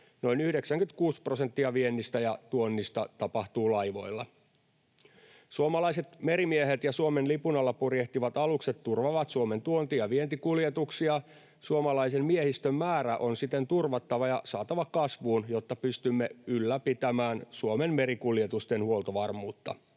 Noin 96 prosenttia viennistä ja tuonnista tapahtuu laivoilla. Suomalaiset merimiehet ja Suomen lipun alla purjehtivat alukset turvaavat Suomen tuonti- ja vientikuljetuksia. Suomalaisen miehistön määrä on siten turvattava ja saatava kasvuun, jotta pystymme ylläpitämään Suomen merikuljetusten huoltovarmuutta.